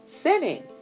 sinning